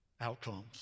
outcomes